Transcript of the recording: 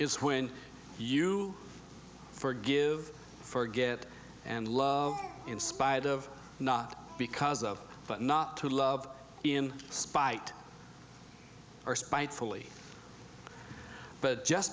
is when you forgive forget and love in spite of not because of but not to love in spite or spitefully but just